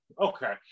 okay